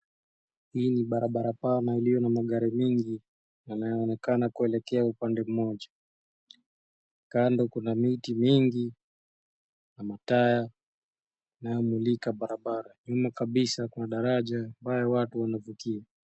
Hii ni barabara pana iliyo na magari mengi, yameonekana kuelekea upande mmoja. Kando kuna miti mingi na mataa yanayomulika barabara. Nyuma kabisa kuna darasa ambayo watu wanavukia.